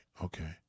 Okay